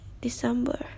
December